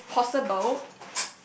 if possible